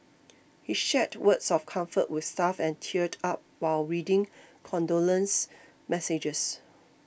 he shared words of comfort with staff and teared up while reading condolence messages